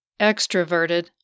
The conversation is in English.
extroverted